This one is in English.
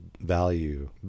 value